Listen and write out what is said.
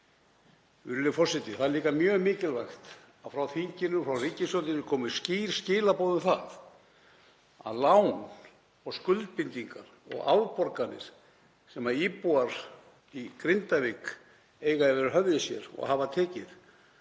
Það er líka mjög mikilvægt að frá þinginu og ríkisstjórninni komi skýr skilaboð um það að lán og skuldbindingar og afborganir sem íbúar í Grindavík eiga yfir höfði sér og hafa tekið